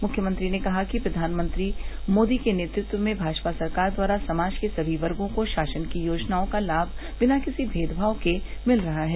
मुख्यमंत्री ने कहा कि प्रधानमंत्री मोदी के नेतृत्व में भाजपा सरकार द्वारा समाज के सभी वर्गो को शासन की योजनाओं का लाम बिना किसी भेदभाव के मिल रहा है